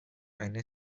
eine